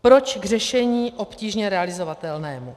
Proč k řešení obtížně realizovatelnému?